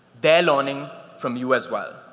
they're learning from you as well.